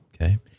Okay